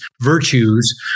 virtues